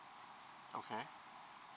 okay